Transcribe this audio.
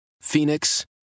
Phoenix